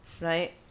right